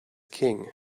king